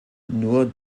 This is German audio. nur